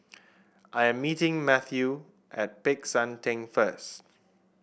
I'm meeting Mateo at Peck San Theng first